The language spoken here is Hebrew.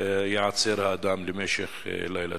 ייעצר האדם למשך לילה.